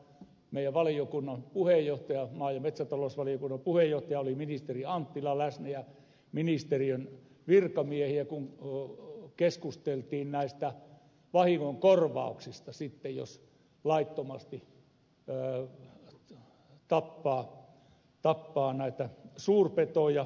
ainakin ja varmaan meidän valiokuntamme maa ja metsätalousvaliokunnan puheenjohtaja ja ministeri anttila läsnä samoin kuin ministeriön virkamiehiä kun keskusteltiin vahingonkorvauksista jos laittomasti tappaa suurpetoja